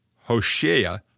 Hoshea